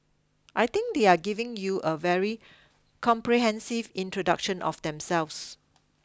I think they are given you a very comprehensive introduction of themselves